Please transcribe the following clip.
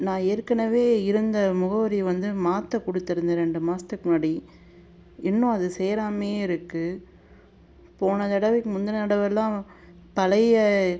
நான் ஏற்கனவே இருந்த முகவரியை வந்து மாற்ற கொடுத்துருந்தேன் ரெண்டு மாதத்துக்கு முன்னாடி இன்னும் அது சேராமேயே இருக்குது போன தடவைக்கு முந்தின தடவைல்லாம் பழைய